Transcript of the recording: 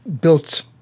built